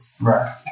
Right